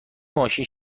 ماشین